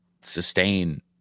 sustain